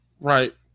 right